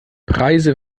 preise